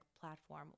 platform